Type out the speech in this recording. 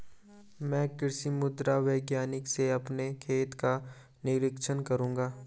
मैं कृषि मृदा वैज्ञानिक से अपने खेत का निरीक्षण कराऊंगा